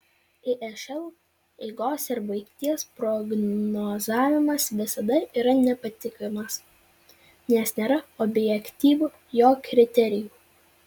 išl eigos ir baigties prognozavimas visada yra nepatikimas nes nėra objektyvių jo kriterijų